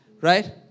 right